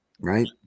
right